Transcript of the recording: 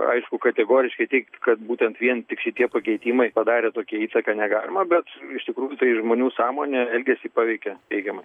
aišku kategoriškai teigt kad būtent vien tik šitie pakeitimai padarė tokią įtaką negalima bet iš tikrųjų tai žmonių sąmonė elgesį paveikė teigiamai